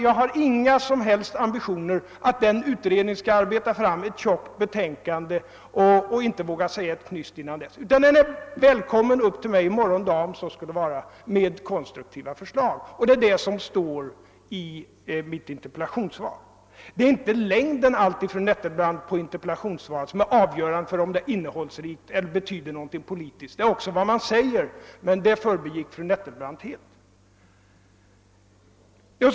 Jag har inga som helst ambitioner att utredningen skall arbeta fram ett tjockt betänkande och inte våga säga ett knyst innan det föreligger. Den är välkommen upp till mig i morgon dag med konstruktiva förslag. Det står i mitt interpellationssvar. Det är inte alltid längden på ett interpellationssvar, fru Nettelbrandt, som är avgörande för om det är innehållsrikt eller betyder något politiskt, det är också innehållet i det — men det förbigick fru Nettelbrandt helt.